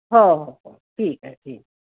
हो हो हो ठीक आहे ठीक